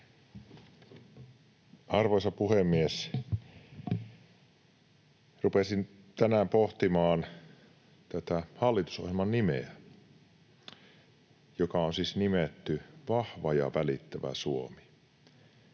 Arvoisa puhemies! Rupesin tänään pohtimaan tätä hallitusohjelman nimeä, joka on siis nimetty Vahva ja välittävä Suomi,